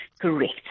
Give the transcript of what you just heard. Correct